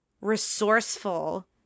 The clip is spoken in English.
resourceful